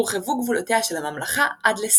הורחבו גבולותיה של הממלכה עד לשיאה.